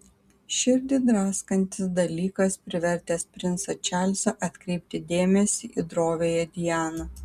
širdį draskantis dalykas privertęs princą čarlzą atkreipti dėmesį į droviąją dianą